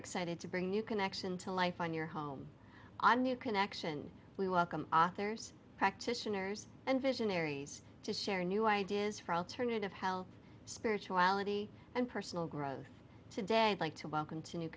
excited to bring new connection to life on your home a new connection we welcome authors practitioners and visionaries to share new ideas for alternative health spirituality and personal growth today like to welcome to new